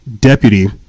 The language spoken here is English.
deputy